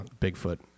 Bigfoot